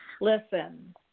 listen